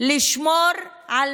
לשמור על